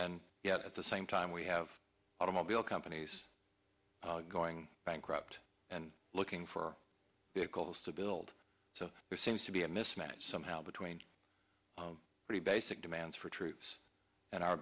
and yet at the same time we have automobile companies going bankrupt and looking for vehicles to build so there seems to be a mismatch somehow between pretty basic demands for troops and our